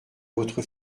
votre